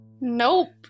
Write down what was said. Nope